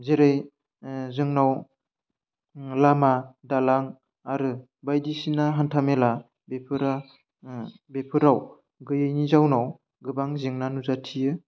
जेरै जोंनाव लामा दालां आरो बायदिसिना हान्थामेला बेफोरा बेफोराव गैयैनि जाउनाव गोबां जेंना नुजाथियो